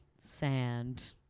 sand